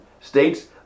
states